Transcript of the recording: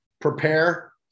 prepare